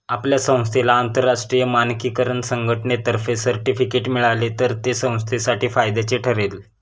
आपल्या संस्थेला आंतरराष्ट्रीय मानकीकरण संघटनेतर्फे सर्टिफिकेट मिळाले तर ते संस्थेसाठी फायद्याचे ठरेल